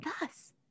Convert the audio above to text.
thus